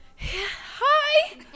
Hi